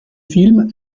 film